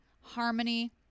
harmony